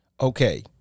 Okay